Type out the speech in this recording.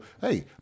hey